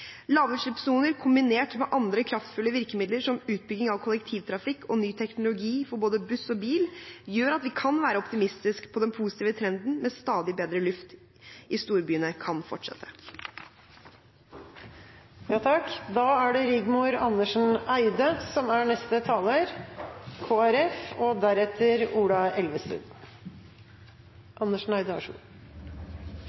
Lavutslippssoner kombinert med andre kraftfulle virkemidler, som utbygging av kollektivtrafikk og ny teknologi for både buss og bil, gjør at vi kan se optimistisk på at den positive trenden med stadig bedre luft i storbyene kan